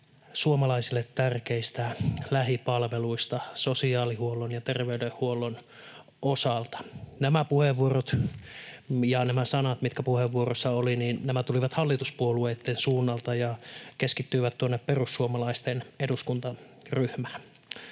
suomalaisille tärkeistä lähipalveluista sosiaalihuollon ja terveydenhuollon osalta. Nämä puheenvuorot ja nämä sanat, mitkä puheenvuoroissa olivat, tulivat hallituspuolueitten suunnalta ja keskittyivät tuonne perussuomalaisten eduskuntaryhmään.